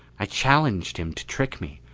i challenged him to trick me.